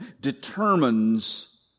determines